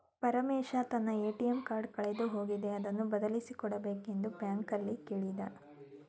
ಪರಮೇಶ ತನ್ನ ATM card ಕಳೆದು ಹೋಗಿದೆ ಅದನ್ನು ಬದಲಿಸಿ ಕೊಡಬೇಕೆಂದು ಬ್ಯಾಂಕಲ್ಲಿ ಕೇಳ್ದ